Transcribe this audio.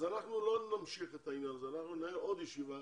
אנחנו ננהל עוד ישיבה